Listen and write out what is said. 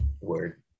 word